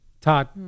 Todd